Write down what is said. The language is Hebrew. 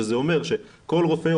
שזה אומר שכל רופא,